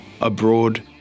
abroad